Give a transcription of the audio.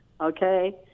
okay